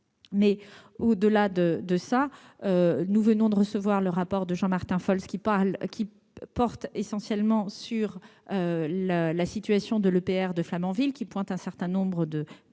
rappelé, nous venons de recevoir le rapport de Jean-Martin Folz qui porte essentiellement sur la situation de l'EPR de Flamanville. Il relève un certain nombre de dérives